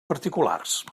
particulars